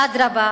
אדרבה,